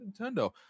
Nintendo